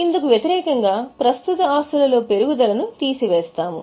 ఇందుకు వ్యతిరేకంగా ప్రస్తుత ఆస్తులలో పెరుగుదల ను తీసి వేస్తాము